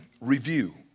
review